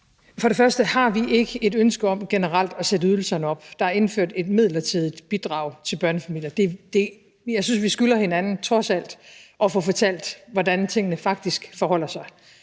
For det første har vi ikke et ønske om generelt at sætte ydelserne op. Der er indført et midlertidigt bidrag til børnefamilier. Jeg synes, vi skylder hinanden trods alt at få fortalt, hvordan tingene faktisk forholder sig.